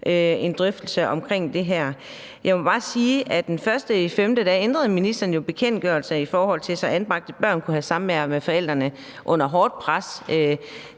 en drøftelse omkring det her. Jeg må bare sige, at ministeren jo den 1. maj ændrede bekendtgørelsen, så anbragte børn kunne have samvær med forældrene. Det var under hårdt pres.